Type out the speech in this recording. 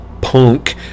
punk